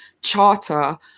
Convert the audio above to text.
charter